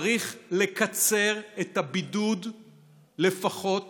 צריך לקצר את הבידוד לפחות